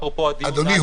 אפרופו הדיון --- אדוני,